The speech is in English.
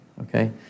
okay